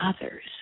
others